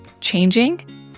changing